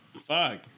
Fuck